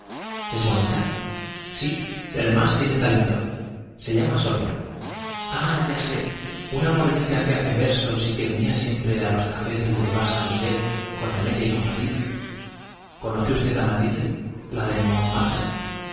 es bonita sí y además tiene talento se llama sonia j ah y'a sé una morenita que hace versos y que venía siempre á los cafés del boulevard san miguel con amelia y con matilde conoce usted á matilde la de montmartre